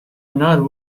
another